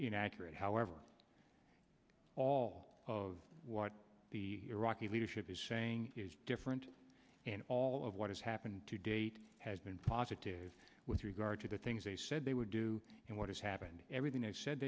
inaccurate however all of what the iraqi leadership is saying is different and all of what has happened to date has been positive with regard to the things they said they would do and what has happened everything